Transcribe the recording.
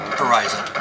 horizon